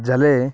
जले